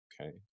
okay